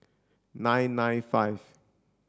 nine nine five